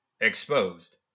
Exposed